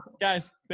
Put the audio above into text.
guys